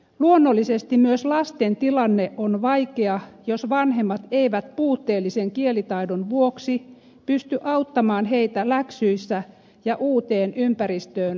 luonnollisesti myös lasten tilanne on vaikea jos vanhemmat eivät puutteellisen kielitaidon vuoksi pysty auttamaan heitä läksyissä ja uuteen ympäristöön sopeutumisessa